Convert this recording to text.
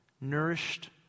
nourished